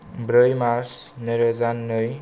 ब्रै मार्च नैरोजानै